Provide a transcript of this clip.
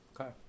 Okay